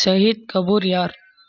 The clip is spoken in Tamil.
ஷஹீத் கபூர் யார்